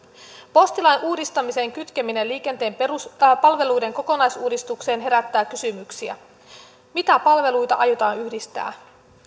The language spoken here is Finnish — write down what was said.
postilain uudistamisen kytkeminen liikenteen palveluiden kokonaisuudistukseen herättää kysymyksiä mitä palveluita aiotaan yhdistää